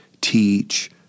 teach